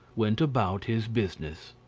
went about his business.